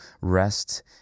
rest